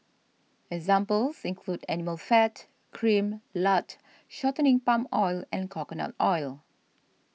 examples include animal fat cream lard shortening palm oil and coconut oil